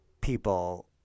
people